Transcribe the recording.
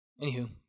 anywho